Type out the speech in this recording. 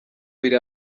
biri